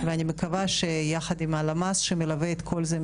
ואני מקווה שיחד עם הלמ"ס שמלווה את כל זה,